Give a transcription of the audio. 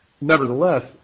nevertheless